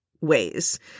ways